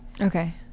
okay